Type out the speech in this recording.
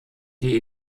die